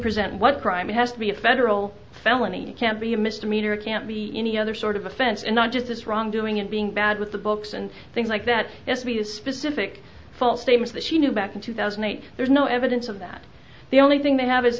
present what crime has to be a federal felony can't be a misdemeanor can't be any other sort of offense and not just this wrongdoing and being bad with the books and things like that if we use specific false names that she knew back in two thousand and eight there's no evidence of that the only thing they have is